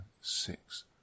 six